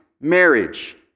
marriage